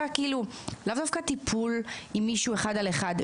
לאו דווקא טיפול עם מישהו אחד על אחד,